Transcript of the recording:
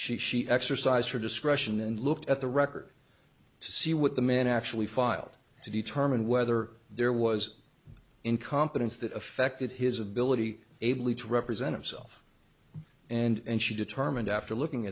she she exercised her discretion and looked at the record to see what the man actually filed to determine whether there was incompetence that affected his ability ably to represent himself and she determined after looking